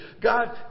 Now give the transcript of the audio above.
God